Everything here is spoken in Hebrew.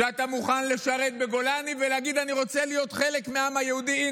שאתה מוכן לשרת בגולני ולהגיד: אני רוצה להיות חלק מהעם היהודי.